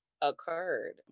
occurred